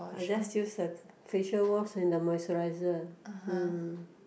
I just use the facial wash and the moisturiser mm